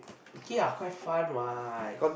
okay quite fun what